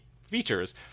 features